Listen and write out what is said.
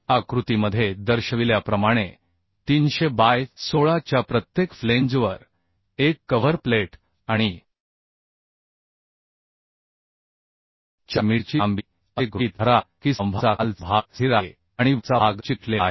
आकृतीमध्ये दर्शविल्याप्रमाणे 300 बाय 16 च्या प्रत्येक फ्लेंजवर एक कव्हर प्लेट आणि 4 मीटरची लांबी असे गृहीत धरा की स्तंभाचा खालचा भाग स्थिर आहे आणि वरचा भाग चिकटलेला आहे